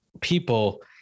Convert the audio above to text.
people